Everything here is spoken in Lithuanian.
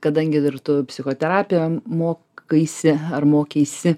kadangi ir tu psichoterapiją mokaisi ar mokeisi